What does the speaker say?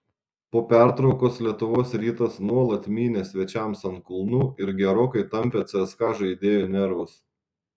po pertraukos lietuvos rytas nuolat mynė svečiams ant kulnų ir gerokai tampė cska žaidėjų nervus